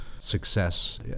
success